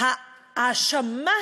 ההאשמה